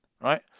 Right